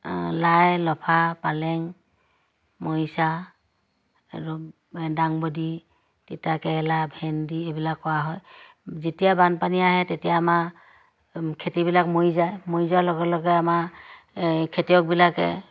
লাই লফা পালেং মৰিচা আৰু দাংবডি তিতা কেৰেলা ভেন্দি এইবিলাক কৰা হয় যেতিয়া বানপানী আহে তেতিয়া আমাৰ খেতিবিলাক মৰি যায় মৰি যোৱাৰ লগে লগে আমাৰ এই খেতিয়কবিলাকে